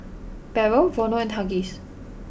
Barrel Vono and Huggies